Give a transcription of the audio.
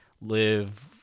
live